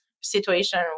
situation